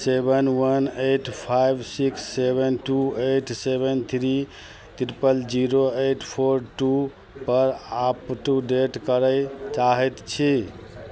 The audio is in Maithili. सेवन one eight five six seven two eight seven three triple zero eight four टूपर अपटूडेट करै चाहै छी